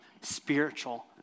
spiritual